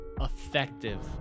effective